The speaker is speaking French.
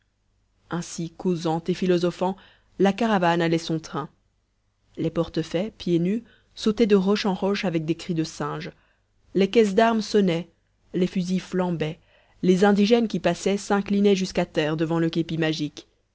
ainsi causant et philosophant la caravane allait son train les portefaix pieds nus sautaient de roche en roche avec des cris de singes les caisses d'armes sonnaient les fusils flambaient les indigènes qui passaient s'inclinaient jusqu'à terre devant le képi magique